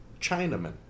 Chinaman